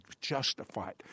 justified